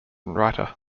writer